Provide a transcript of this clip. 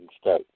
state